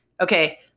Okay